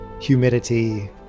Humidity